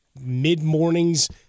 mid-mornings